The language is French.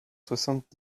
soixante